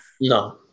No